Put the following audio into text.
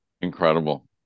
Incredible